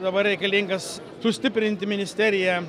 dabar reikalingas sustiprinti ministeriją